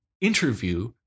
interview